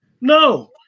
No